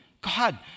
God